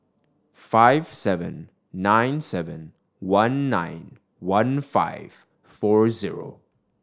five seven nine seven one nine one five four zero